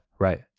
Right